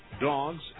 dogs